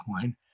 coin